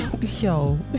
Yo